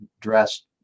dressed